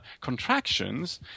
contractions